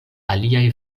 aliaj